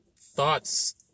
thoughts